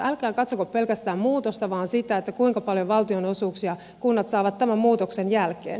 älkää katsoko pelkästään muutosta vaan sitä kuinka paljon valtionosuuksia kunnat saavat tämän muutoksen jälkeen